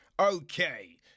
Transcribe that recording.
Okay